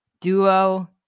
duo